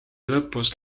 lõpus